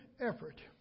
effort